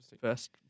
First